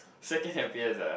second happiest ah